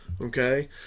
okay